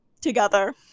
together